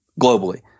Globally